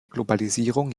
globalisierung